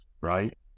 right